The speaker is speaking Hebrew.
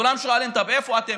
כולם שואלים: איפה אתם?